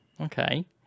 Okay